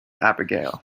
abigail